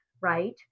right